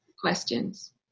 questions